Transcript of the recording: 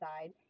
side